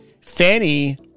Fanny